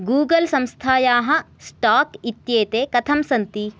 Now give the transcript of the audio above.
Google संस्थायाः stock इत्येते कथं सन्ति